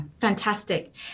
Fantastic